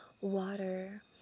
water